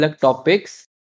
topics